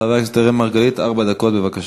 חבר הכנסת אראל מרגלית, ארבע דקות, בבקשה.